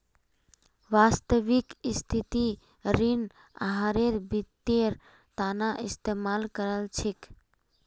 वास्तविक स्थितित ऋण आहारेर वित्तेर तना इस्तेमाल कर छेक